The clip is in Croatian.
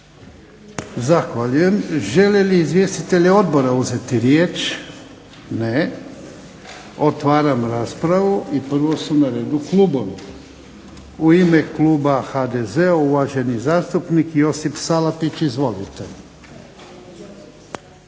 Zahvaljujem. Žele li izvjestitelji odbora uzeti riječ? Ne. Otvaram raspravu. I prvo su na redu klubovi. U ime kluba HDZ-a uvaženi zastupnik Josip Salapić. Izvolite.